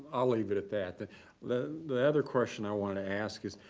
i'll leave it at that that then. the other question i wanted to ask is,